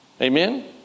Amen